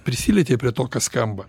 prisilieti prie to kas skamba